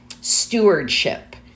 stewardship